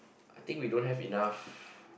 I think we don't have enough